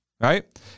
right